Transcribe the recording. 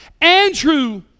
Andrew